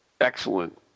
excellent